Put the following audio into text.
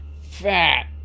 fat